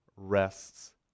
Rests